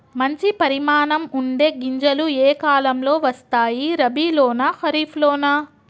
మంచి పరిమాణం ఉండే గింజలు ఏ కాలం లో వస్తాయి? రబీ లోనా? ఖరీఫ్ లోనా?